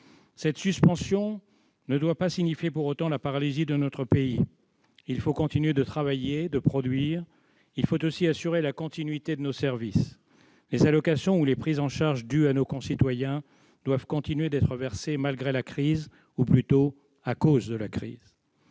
cette suspension ne doit pas signifier la paralysie de notre pays. Il faut continuer de travailler, de produire. Il faut aussi assurer la continuité de nos services. Les allocations ou les prises en charge dues à nos concitoyens doivent continuer d'être versées malgré la crise- ou plutôt, à cause de la crise.